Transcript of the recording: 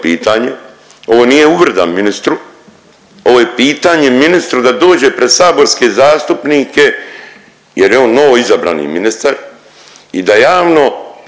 pitanje, ovo nije uvreda ministru. Ovo je pitanje ministru da dođe pred saborske zastupnike jer je on novo izabrani ministar i da javno